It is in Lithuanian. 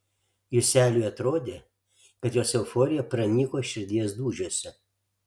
juseliui atrodė kad jos euforija pranyko širdies dūžiuose